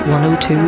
102